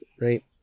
right